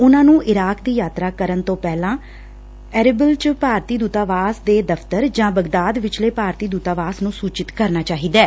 ਉਨਾਂ ਨੂੰ ਇਰਾਕ ਦੀ ਯਾਤਰਾ ਕਰਨ ਤੋਂ ਪਹਿਲਾਂ ਐਰਿਬਿਲ ਚ ਭਾਰਤੀ ਦੁਤਾਵਾਸ ਦੇ ਦਫ਼ਤਰ ਜਾਂ ਬਗ਼ਦਾਦ ਵਿਚਲੇ ਭਾਰਤੀ ਦੁਤਾਵਾਸ ਨੁੰ ਸੁਚਿਤ ਕਰਨਾ ਚਾਹੀਦੈ